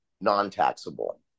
non-taxable